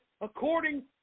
according